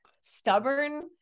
stubborn